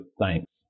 thanks